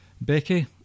Becky